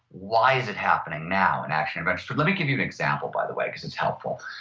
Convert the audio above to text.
why is it happening now in action adventure? let me give you an example by the way because it's helpful.